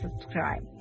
subscribe